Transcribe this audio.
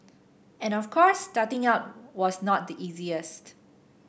and of course starting out was not the easiest